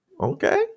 okay